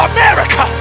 America